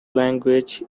language